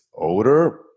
odor